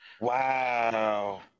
Wow